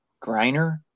Griner